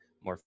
more